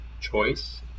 choice